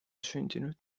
sündinud